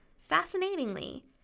Fascinatingly